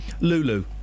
Lulu